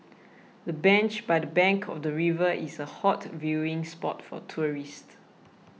the bench by the bank of the river is a hot viewing spot for tourists